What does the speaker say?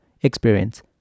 experience